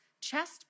Chest